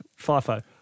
FIFO